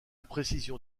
précision